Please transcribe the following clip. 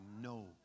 no